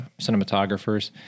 cinematographers